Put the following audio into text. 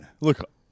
Look